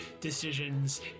decisions